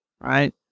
Right